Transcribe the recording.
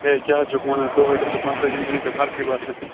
ہے کیاہ حظ چھُکھ ونان دُہٲٹھَن تہٕ پنژتٲجِہَن چھے نہ ژےٚ فرکھے باسان